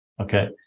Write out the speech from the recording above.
okay